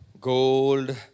gold